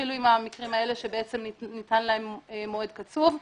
התחילו עם המקרים האלה, ניתן להם מועד קצוב.